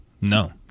No